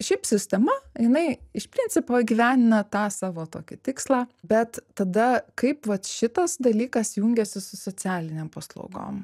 šiaip sistema jinai iš principo įgyvendina tą savo tokį tikslą bet tada kaip vat šitas dalykas jungiasi su socialinėm paslaugom